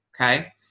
Okay